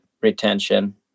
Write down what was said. retention